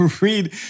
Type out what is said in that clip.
read